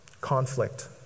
Conflict